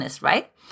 right